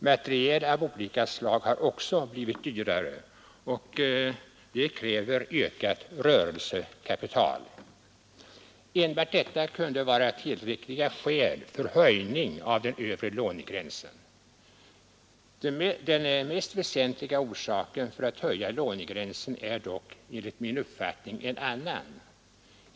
Materiel av olika slag har också blivit dyrare, och det kräver ökat rörelsekapital. Enbart detta kunde vara tillräckliga skäl för höjning av den övre lånegränsen. Det mest väsentliga skälet för att höja lånegränsen är dock enligt min uppfattning ett annat.